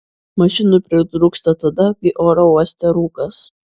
mašinų pritrūksta tada kai oro uoste rūkas